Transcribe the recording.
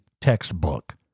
textbook